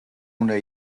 უნდა